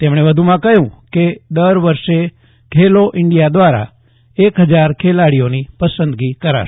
તેમણે વધુમાં કહ્યું કે દર વર્ષે ખેલો ઇન્ડિયા દ્વારા એક ફજાર ખેલાડીઓની પસંદગી કરાશે